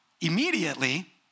Immediately